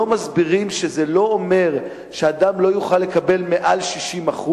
לא מסבירים שזה לא אומר שאדם לא יוכל לקבל מעל 60%,